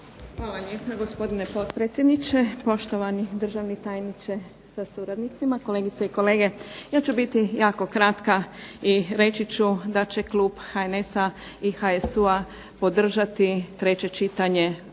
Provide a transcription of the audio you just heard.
Hvala lijepa, gospodine potpredsjedniče. Poštovani državni tajniče sa suradnicima, kolegice i kolege. Ja ću biti jako kratka i reći ću da će klub HNS-a i HSU podržati treće čitanja